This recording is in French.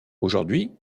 aujourd’hui